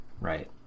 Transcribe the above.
Right